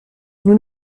nous